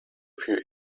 für